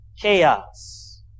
Chaos